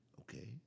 okay